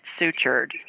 sutured